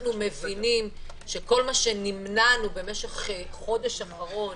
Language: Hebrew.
אנחנו מבינים שכל מה שנמענו במשך החודש האחרון